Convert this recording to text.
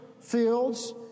fields